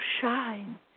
shine